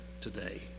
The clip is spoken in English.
today